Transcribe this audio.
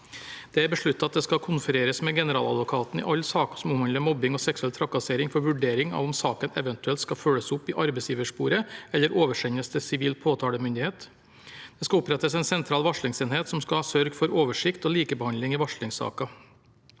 Det er besluttet at det skal konfereres med Generaladvokaten i alle saker som omhandler mobbing og seksuell trakassering, for vurdering av om saken eventuelt skal følges opp i arbeidsgiversporet eller oversendes til sivil påtalemyndighet. Det skal opprettes en sentral varslingsenhet, som skal sørge for oversikt og likebehandling i varslingssaker.